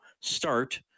start